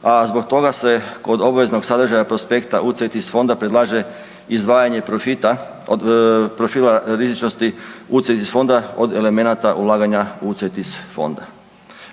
a zbog toga se kod obaveznog sadržaja prospekta UCITS fonda predlaže izdvajanje profita, profila rizičnosti UCITS fonda od elemenata ulaganja UCITS fonda.